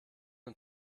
und